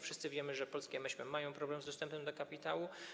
Wszyscy wiemy, że polskie MŚP mają problem z dostępem do kapitału.